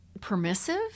permissive